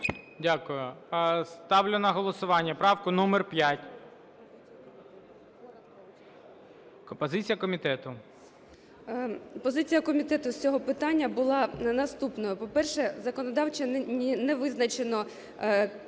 Дякую. Ставлю на голосування правку номер 105. Позиція комітету. 17:14:20 ЯЦИК Ю.Г. Позиція комітету з цього питання була наступна. По-перше, законодавчо не визначено